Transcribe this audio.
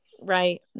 Right